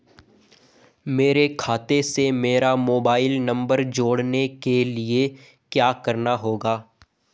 मेरे खाते से मेरा मोबाइल नम्बर जोड़ने के लिये क्या करना होगा?